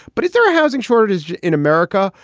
but is there a housing shortage in america?